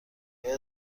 آیا